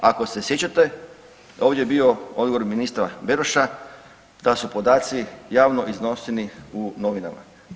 Ako se sjećate ovdje je bio odgovor ministra Beroša da su podaci javno iznošeni u novinama.